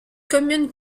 commune